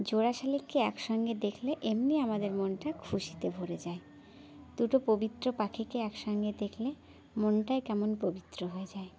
জোড়া শালিখকে একসঙ্গে দেখলে এমনি আমাদের মনটা খুশিতে ভরে যায় দুটো পবিত্র পাখিকে একসঙ্গে দেখলে মনটাই কেমন পবিত্র হয়ে যায়